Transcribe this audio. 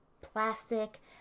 plastic